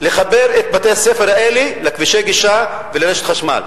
לחבר את בתי-הספר האלה לכבישי גישה ולרשת חשמל.